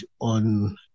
on